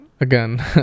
Again